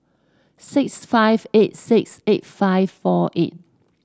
six five eight six eight five four eight